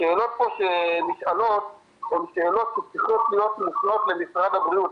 השאלות פה שנשאלות הן שאלות ספציפיות שמופנות למשרד הבריאות.